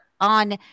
on